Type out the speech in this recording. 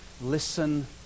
Listen